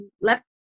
left